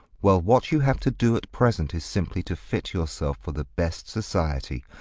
well, what you have to do at present is simply to fit yourself for the best society.